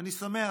אני שמח,